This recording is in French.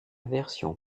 version